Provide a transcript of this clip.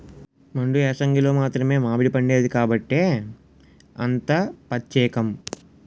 మండు ఏసంగిలో మాత్రమే మావిడిపండేది కాబట్టే అంత పచ్చేకం